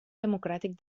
democràtic